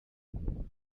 compromise